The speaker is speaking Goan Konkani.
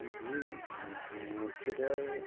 आनी ही नॅचरल